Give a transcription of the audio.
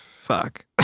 Fuck